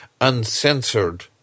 uncensored